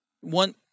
one